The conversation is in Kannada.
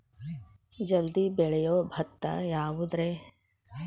ಜಲ್ದಿ ಬೆಳಿಯೊ ಭತ್ತ ಯಾವುದ್ರೇ?